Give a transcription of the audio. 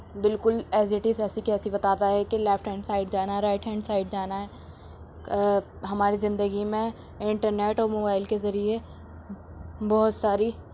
بالکل is it as ایسے کی ایسے بتاتا ہے کہ لیفٹ ہینڈ سائڈ جانا ہے رائٹ ہینڈ سائڈ جانا ہے ہماری زندگی میں انٹرنیٹ اور موبائل کے ذریعہ بہت ساری